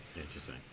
Interesting